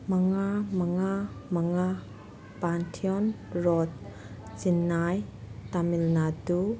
ꯃꯉꯥ ꯃꯉꯥ ꯃꯉꯥ ꯄꯥꯟꯊꯤꯌꯣꯟ ꯔꯣꯗ ꯆꯦꯟꯅꯥꯏ ꯇꯥꯃꯤꯜꯅꯥꯗꯨ